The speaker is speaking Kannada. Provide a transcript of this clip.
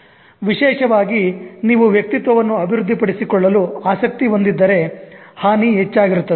ವಿಶೇಷವಾಗಿ ನೀವು ವ್ಯಕ್ತಿತ್ವವನ್ನು ಅಭಿವೃದ್ಧಿಪಡಿಸಿಕೊಳ್ಳಲು ಆಸಕ್ತಿ ಹೊಂದಿದ್ದರೆ ಹಾನಿ ಹೆಚ್ಚಾಗಿರುತ್ತದೆ